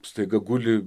staiga guli